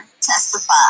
testify